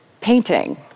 painting